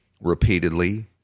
repeatedly